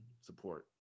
support